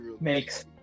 makes